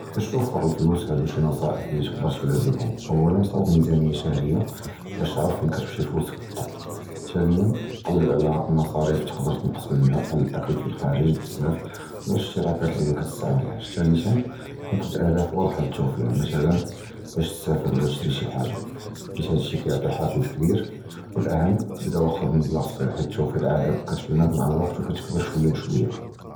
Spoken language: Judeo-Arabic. בַּשּׁ תְּוַפֵּר הַפְלוּס הָדּוּ שִׁי נְצִיחָאת לִי תְּקַדֵּר תִּבְדָא בִּיהוּם, אוּלָא סַרַף מִיזְ'אנִיָּה שְׁהֻרִיָּה בַּשּׁ תַּעְרַף כִּיפַּאש תִּמְשִי הַפְלוּסְכּ בַּלְדְבַּט, תִּנִיָּאן קַלֵּב עַל מְסַארִיף תְּקַדֵּר תִּנְקֵס מִןְהוּם בְּחָאל הָאֻכְּל הַחַ'ארִג בְּזַבַּא וְלָא אִשְתִּרָאקָּאת לִי מַאְקַתְסְתַעְמַלְהּוּם, תִּלְתִּיָּאן חַדֵּד אֻלְעֻ'דַאפ וַדָאחָה לִתְוַפֵּר מַאְשִי גִּ'ר בַּשּׁ תָּאכֵּל וְלָא תִּסַּאפֵֿר כִּיַּא הָדִּי שִׁי כִּיַּעְטִיְכּ חָאפְז קְבִיר, וְהָאֻכְּתִּר בְּדָא וְחַר מְבַלַּג סְגִיר כִּיַּא תְּוַפֵּר עָדָה כִּתְתַבְּנָא מַעַ הַוַקְת וְתִכְּבַּר שְׁוַיָּה בְּשׁוַיָּה.